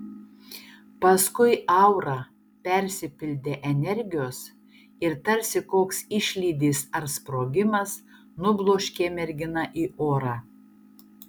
paskui aura persipildė energijos ir tarsi koks išlydis ar sprogimas nubloškė merginą į orą